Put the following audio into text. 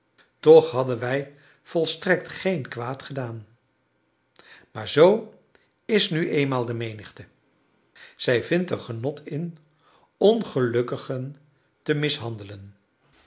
toch hadden wij volstrekt geen kwaad gedaan maar zoo is nu eenmaal de menigte zij vindt er genot in ongelukkigen te mishandelen